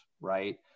right